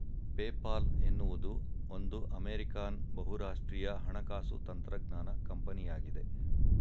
PayPal ಎನ್ನುವುದು ಒಂದು American ಬಹುರಾಷ್ಟ್ರೀಯ ಹಣಕಾಸು ತಂತ್ರಜ್ಞಾನ ಕಂಪನಿಯಾಗಿದೆ